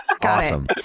awesome